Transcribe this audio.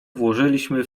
włożyliśmy